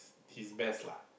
he's best lah